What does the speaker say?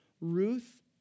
Ruth